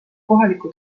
kohaliku